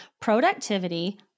productivity